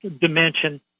dimension